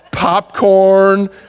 Popcorn